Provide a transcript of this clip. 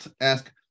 ask